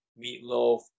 meatloaf